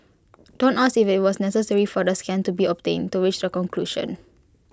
don't ask if IT was necessary for the scan to be obtained to reach the conclusion